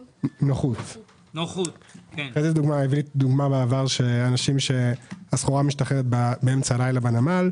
הביא דוגמה שהסחורה משתחררת באמצע הלילה בנמל,